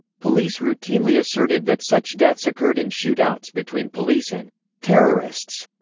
police routinely asserted that such deaths occurred in shoot-outs between police and terrorists.